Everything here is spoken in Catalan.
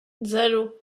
zero